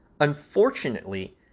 Unfortunately